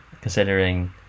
considering